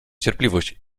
cierpliwość